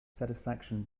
satisfaction